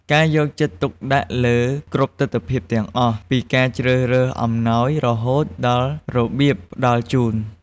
ការយកចិត្តទុកដាក់លើគ្រប់ទិដ្ឋភាពទាំងអស់ ពីការជ្រើសរើសអំណោយរហូតដល់របៀបផ្តល់ជូន។